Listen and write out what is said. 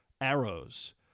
arrows